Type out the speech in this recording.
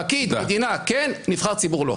פקיד מדינה כן, נבחר ציבור לא.